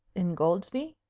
ingoldsby?